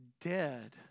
dead